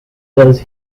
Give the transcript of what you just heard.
does